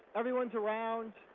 everyone's around,